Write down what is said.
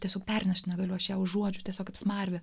tiesų perneš negaliu aš ją užuodžiu tiesiog kaip smarvę